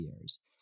years